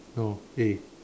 no eh